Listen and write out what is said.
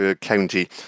County